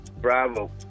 Bravo